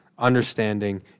understanding